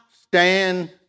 stand